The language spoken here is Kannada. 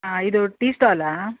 ಆ ಇದು ಟೀ ಸ್ಟಾಲಾ